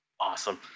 Awesome